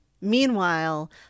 Meanwhile